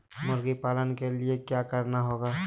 मुर्गी पालन के लिए क्या करना होगा?